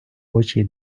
очі